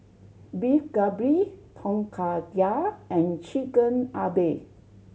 Beef Galbi Tom Kha Gai and Chigenabe